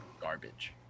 garbage